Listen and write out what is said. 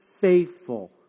faithful